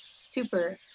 Super